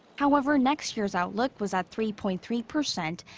however, next year's outlook was at three point three percent.